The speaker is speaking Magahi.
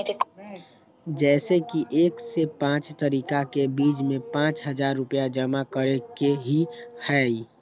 जैसे कि एक से पाँच तारीक के बीज में पाँच हजार रुपया जमा करेके ही हैई?